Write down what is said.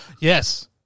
Yes